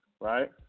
right